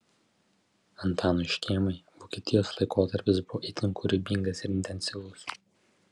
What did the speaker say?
antanui škėmai vokietijos laikotarpis buvo itin kūrybingas ir intensyvus